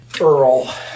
Earl